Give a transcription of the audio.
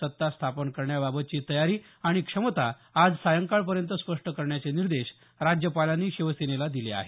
सत्ता स्थापन करण्याबाबतची तयारी आणि क्षमता आज सायंकाळपर्यंत स्पष्ट करण्याचे निर्देश राज्यपालांनी शिवसेनेला दिले आहेत